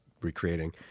recreating